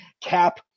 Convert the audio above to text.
Cap